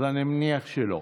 אז אני מניח שלא.